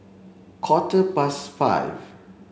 quarter past five